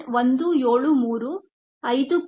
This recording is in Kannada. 26 1 by 0